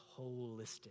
holistic